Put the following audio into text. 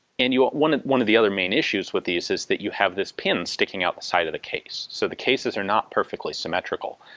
and. ah one one of the other main issues with these is that you have this pin sticking out the side of the case, so the cases are not perfectly symmetrical.